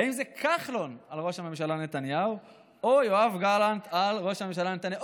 האם זה כחלון על ראש הממשלה נתניהו או יואב גלנט על ראש הממשלה נתניהו?